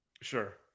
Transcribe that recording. Sure